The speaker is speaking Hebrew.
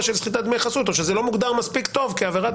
של סחיטת דמי חסות או שזה לא מוגדר מספיק טוב כעבירת